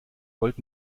volt